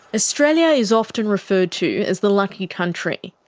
australia is often referred to as the lucky country,